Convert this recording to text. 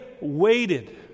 waited